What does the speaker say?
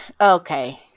Okay